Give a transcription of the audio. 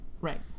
Right